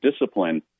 discipline